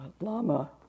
lama